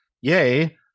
yay